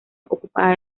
ocupada